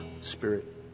spirit